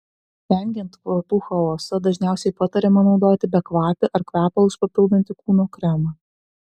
vengiant kvapų chaoso dažniausiai patariama naudoti bekvapį ar kvepalus papildantį kūno kremą